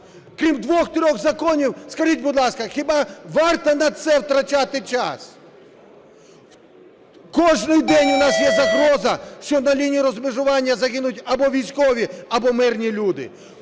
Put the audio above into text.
Крім двох-трьох законів, скажіть, будь ласка, хіба варто на це витрачати час. Кожний день у нас є загроза, що на лінії розмежування загинуть або військові, або мирні люди,